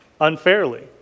unfairly